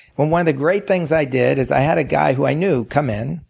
one of the great things i did is i had a guy who i knew come in.